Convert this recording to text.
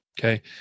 okay